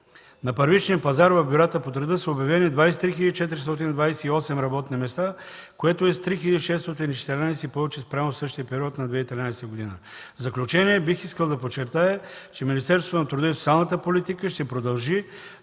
на първичния пазар в бюрата по труда са обявени 23 428 работни места, което е с 3614 повече спрямо същия период на 2013 г. В заключение бих искал да подчертая, че Министерството на труда и социалната политика ще продължи